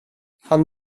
han